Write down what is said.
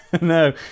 No